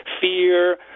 fear